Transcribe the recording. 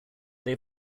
they